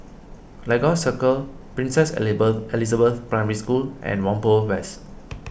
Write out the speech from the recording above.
Lagos Circle Princess Elizabeth Primary School and Whampoa West